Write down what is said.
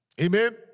Amen